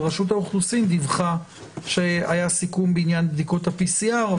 אבל רשות האוכלוסין דיווחה שהיה סיכום בעניין בדיקות ה-PCR,